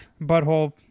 butthole